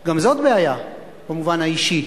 גם זאת בעיה במובן האישי,